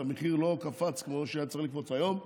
והמחיר לא קפץ כמו שהיה צריך לקפוץ היום.